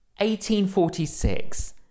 1846